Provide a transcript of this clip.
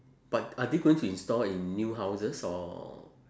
but are they going to install in new houses or